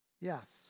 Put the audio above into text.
Yes